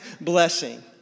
blessing